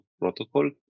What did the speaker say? protocol